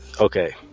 Okay